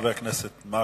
תודה לחבר הכנסת מקלב.